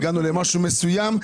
הגענו למשהו מסוים.